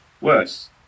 worse